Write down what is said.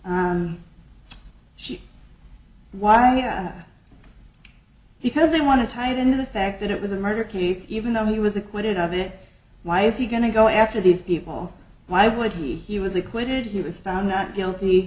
she while because they want to tie it into the fact that it was a murder case even though he was acquitted of it why is he going to go after these people why would he he was acquitted he was found not guilty